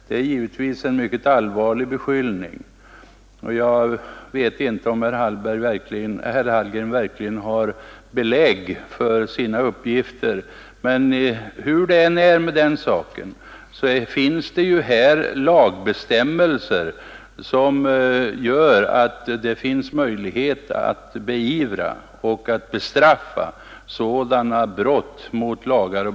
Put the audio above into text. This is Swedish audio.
Det är givetvis en mycket allvarlig beskyllning, och jag vet inte om herr Hallgren verkligen har belägg för sina uppgifter. Hur det än förhåller sig med den saken finns på detta område lagbestämmelser som gör det möjligt att beivra och bestraffa sådana brott.